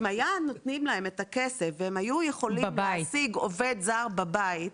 אם היו נותנים להם את הכסף והם היו יכולים להעסיק עובד זר בבית,